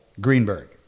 Greenberg